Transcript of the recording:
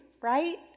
right